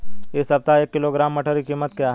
इस सप्ताह एक किलोग्राम मटर की कीमत क्या है?